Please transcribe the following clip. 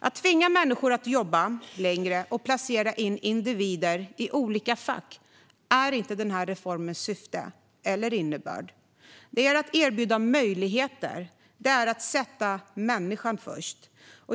Att tvinga människor att jobba längre och placera in individer i olika fack är inte den här reformens syfte eller innebörd. Det är i stället att erbjuda möjligheter och sätta människan först.